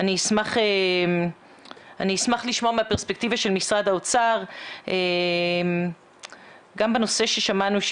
אני אשמח לשמוע מהפרספקטיבה של משרד האוצר גם בנושא ששמענו,